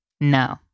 No